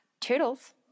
toodles